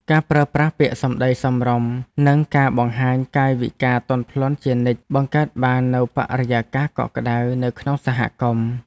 ការប្រើប្រាស់ពាក្យសម្តីសមរម្យនិងការបង្ហាញកាយវិការទន់ភ្លន់ជានិច្ចបង្កើតបាននូវបរិយាកាសកក់ក្តៅនៅក្នុងសហគមន៍។